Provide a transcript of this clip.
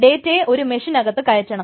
ഡേറ്റയെ ഒരു മെഷീനിനകത്ത് കേറ്റണം